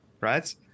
right